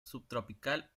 subtropical